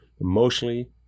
emotionally